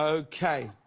okay.